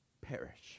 perish